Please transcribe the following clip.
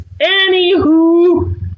Anywho